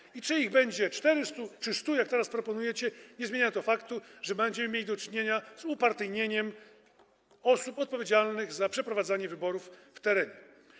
I to, czy ich będzie 400, czy 100, jak teraz proponujecie, nie zmieni faktu, że będziemy mieli do czynienia z upartyjnieniem osób odpowiedzialnych za przeprowadzanie wyborów w terenie.